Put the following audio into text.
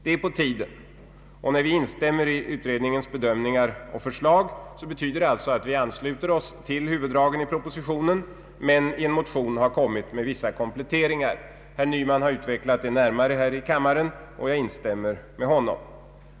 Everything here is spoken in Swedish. Det är på tiden. När vi instämmer i utredningens bedömningar och förslag, betyder det att vi ansluter oss till huvuddragen i propositionen, men en motion har kommit med vissa kompletteringar. Herr Nyman har här i kammaren närmare utvecklat detta, och jag instämmer med honom.